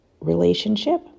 relationship